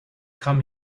come